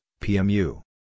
PMU